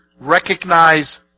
recognize